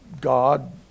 God